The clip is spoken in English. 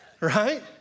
right